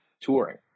touring